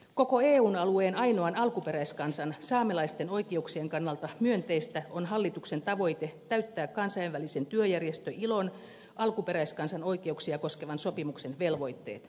koko eun alueen ainoan alkuperäiskansan saamelaisten oikeuksien kannalta myönteistä on hallituksen tavoite täyttää kansainvälisen työjärjestön ilon alkuperäiskansan oikeuksia koskevan sopimuksen velvoitteet